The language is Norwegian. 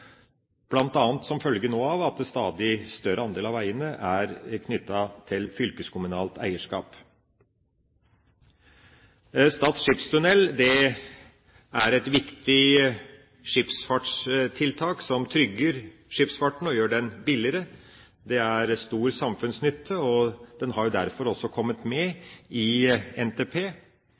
som følge av at en stadig større andel av veiene er knyttet til fylkeskommunalt eierskap. Stad skipstunnel er et viktig skipsfartstiltak som trygger skipsfarten og gjør den billigere. Den er av stor samfunnsnytte og har derfor også kommet med i NTP.